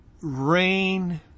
rain